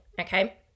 Okay